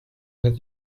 that